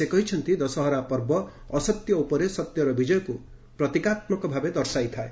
ସେ କହିଛନ୍ତି ଦଶହରା ପର୍ବ ଅସତ୍ୟ ଉପରେ ସତ୍ୟର ବିଜୟକୁ ପ୍ରତୀକାତ୍ମକ ଭାବେ ଦର୍ଶାଇଥାଏ